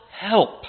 help